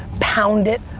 pound it.